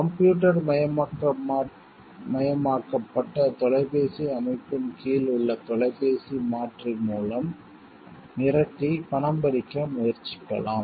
computer மயமாக்கப்பட்ட தொலைபேசி அமைப்பின் கீழ் உள்ள தொலைபேசி மாற்றி மூலம் மிரட்டி பணம் பறிக்க முயற்சிக்கலாம்